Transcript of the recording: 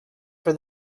for